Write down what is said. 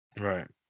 right